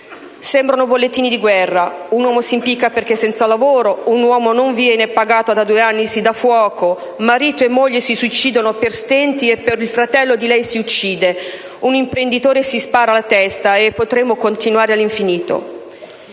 Sembrano bollettini di guerra: un uomo si impicca perché senza lavoro; un uomo non viene pagato da due anni e si dà fuoco; marito e moglie si suicidano per stenti e il fratello di lei si uccide; un imprenditore si spara alla testa e potremmo continuare all'infinito.